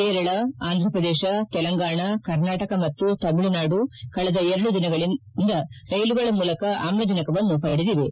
ಕೇರಳ ಆಂಧ್ರಪ್ರದೇಶ ತೆಲಂಗಾಣ ಕರ್ನಾಟಕ ಮತ್ತು ತಮಿಳುನಾಡು ಕಳೆದ ಎರಡು ದಿನಗಳಿಂದ ರೈಲುಗಳ ಮೂಲಕ ಆಮ್ಲಜನಕವನ್ನು ಪಡೆದಿವೆ